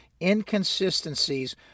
inconsistencies